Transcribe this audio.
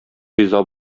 риза